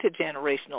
intergenerational